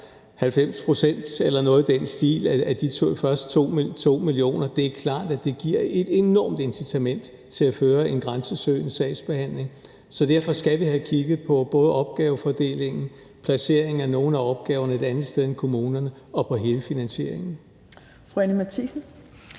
90 pct. eller noget i den stil af de første 2 mio. kr., giver et enormt incitament til at føre en grænsesøgende sagsbehandling. Så derfor skal vi have kigget på både opgavefordelingen, placeringen af nogle af opgaverne et andet sted end i kommunerne og hele finansieringen.